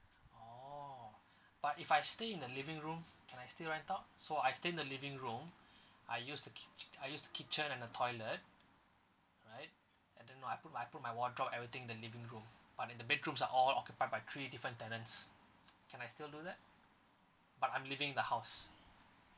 oh but if I stay in the living room can I still rent out so I stay in the living room I use the ki~ I use the kitchen and the toilet right and then I put I put my wardrobe everything in the living room but in the bedrooms are all occupied by three different tenants can I still do that but I'm living in the house